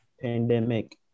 pandemic